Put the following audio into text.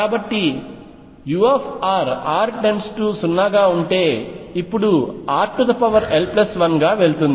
కాబట్టి u ® r 0 గా ఉంటే rl1 గా వెళుతుంది